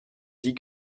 dit